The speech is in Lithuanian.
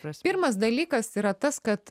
tas pirmas dalykas yra tas kad